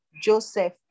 Joseph